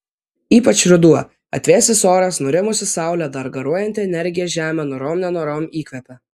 ypač ruduo atvėsęs oras nurimusi saulė dar garuojanti energija žemė norom nenorom įkvepia